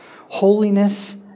Holiness